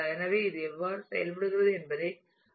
எனவே இது எவ்வாறு செயல்படுகிறது என்பதைப் பார்ப்போம்